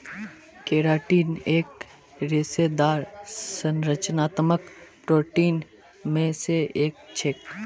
keratin एक रेशेदार संरचनात्मक प्रोटीन मे स एक छेक